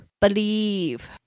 Believe